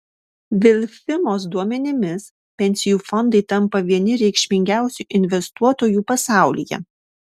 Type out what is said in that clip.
vilfimos duomenimis pensijų fondai tampa vieni reikšmingiausių investuotojų pasaulyje